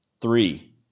three